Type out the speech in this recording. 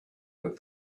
that